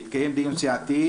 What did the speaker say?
יתקיים דיון סיעתי,